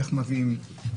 איך מביאים,